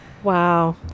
wow